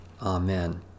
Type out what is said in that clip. Amen